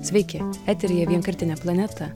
sveiki eteryje vienkartinė planeta